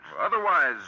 Otherwise